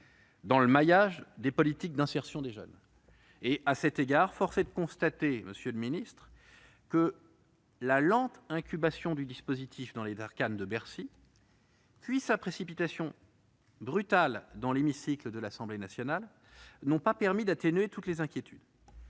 dans le maillage des politiques d'insertion des jeunes. À cet égard, monsieur le ministre, force est de constater que la lente incubation du dispositif dans les arcanes de Bercy, puis sa précipitation brutale dans l'hémicycle de l'Assemblée nationale n'ont pas permis d'atténuer toutes les inquiétudes.